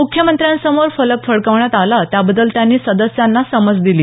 मुख्यमंत्र्यांसमोर फलक फडकवण्यात आला त्याबद्दल त्यांनी सदस्यांना समज दिली